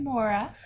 Mora